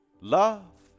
Love